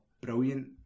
brilliant